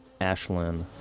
Ashlyn